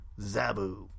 Zabu